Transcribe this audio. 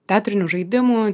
teatrinių žaidimų